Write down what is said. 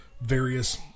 various